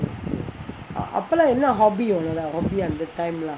அப்போலாம் என்ன:appolam enna hobby உன்னோடே:unnodae hobby அந்த:antha time லாம்:lam